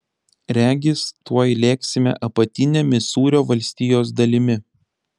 regis tuoj lėksime apatine misūrio valstijos dalimi